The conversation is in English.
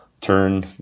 turn